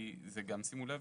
כי גם שימו לב